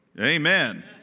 Amen